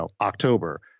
October